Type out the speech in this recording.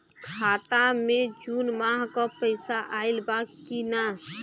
खाता मे जून माह क पैसा आईल बा की ना?